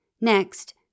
Next